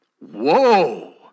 Whoa